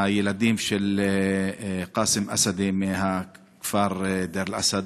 הילדים של קאסם אסדי מהכפר דיר-אל-אסד.